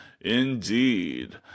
Indeed